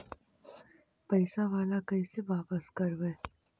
पैसा बाला कैसे बापस करबय?